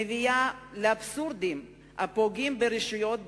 מביא לאבסורדים הפוגעים ברשויות,